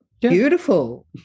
beautiful